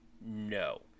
No